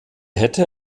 hätte